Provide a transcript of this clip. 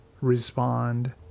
respond